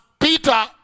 Peter